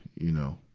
you know.